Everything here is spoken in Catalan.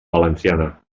valenciana